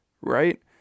right